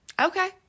okay